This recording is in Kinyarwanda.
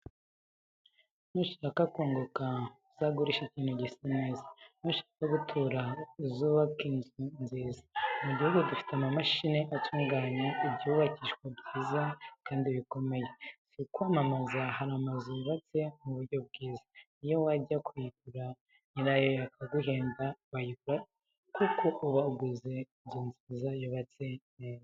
Nushaka kunguka uzagurishe ikintu gisa neza, nushaka gutura uzubake inzu nziza, mu gihugu dufite amamashini atunganya ibyubakishwa byiza kandi bikomeye. Si ukwamamaza hari amazu yubatse mu buryo bwiza, ni yo wajya kuyigura nyirayo akaguhenda wayigura kuko uba uguze inzu nziza yubatse neza.